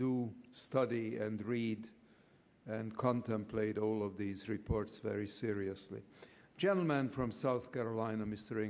do study and to read and contemplate all of these reports very seriously gentleman from south carolina m